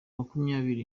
makumyabiri